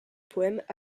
poète